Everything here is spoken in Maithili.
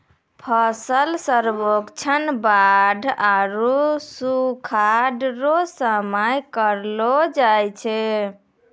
फसल सर्वेक्षण बाढ़ आरु सुखाढ़ रो समय करलो जाय छै